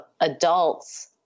adults